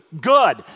Good